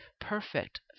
perfect